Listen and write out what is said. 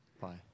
bye